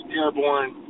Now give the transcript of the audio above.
airborne